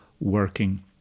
working